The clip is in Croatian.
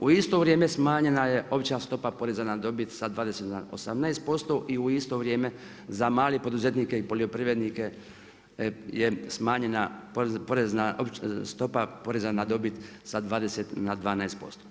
U isto vrijeme smanjena je opća stopa poreza na dobit sa 20 na 18%, i u isto vrijeme za male poduzetnike i poljoprivrednike je smanjena porezna opća stopa na dobit sa 20 na 12%